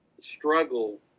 struggle